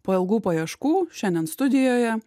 po ilgų paieškų šiandien studijoje